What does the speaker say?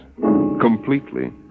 completely